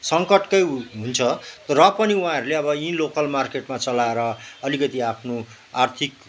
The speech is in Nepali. सङ्कटकै हुन्छ र पनि उहाँहरूले अब यहीँ लोकल मार्केटमा चलाएर अलिकति आफ्नो आर्थिक